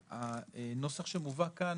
הנוסח שמובא כאן,